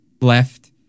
left